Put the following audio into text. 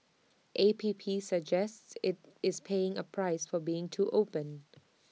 A P P suggests IT it's paying A price for being too open